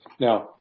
Now